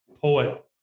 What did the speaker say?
poet